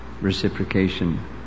reciprocation